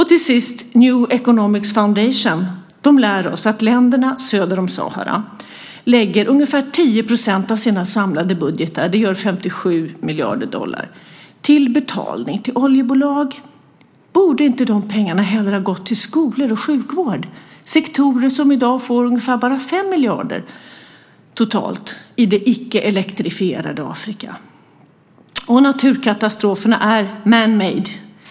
Till sist lär oss New Economics Foundation att länderna söder om Sahara lägger ungefär 10 % av sina samlade budgetar - det gör 57 miljarder dollar - till betalning till oljebolag. Borde inte de pengarna hellre ha gått till skolor och sjukvård? Det är sektorer som i dag får ungefär bara 5 miljarder totalt i det icke-elektrifierade Afrika. Naturkatastroferna är man-made .